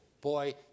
boy